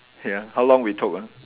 ya how long we took ah